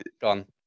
Gone